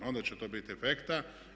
Onda će to biti efekta.